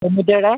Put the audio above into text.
തൊണ്ണൂറ്റിയേഴ്